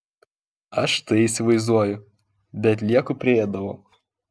aš tai įsivaizduoju bet lieku prie ėdalo